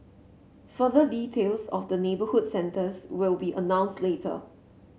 further details of the neighbourhood centres will be announced later